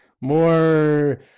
more